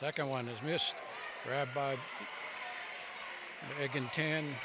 second one is missed rabbi again ten